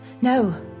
no